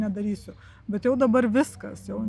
nedarysiu bet jau dabar viskas jau